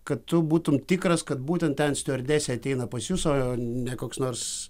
kad tu būtum tikras kad būtent ten stiuardesė ateina pas jus o ne koks nors